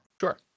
Sure